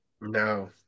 No